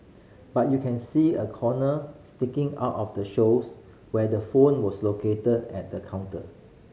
but you can see a corner sticking out of the shows where the phone was located on the counter